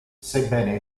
sebbene